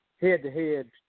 head-to-head